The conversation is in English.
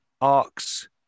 arcs